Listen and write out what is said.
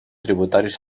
tributaris